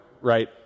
right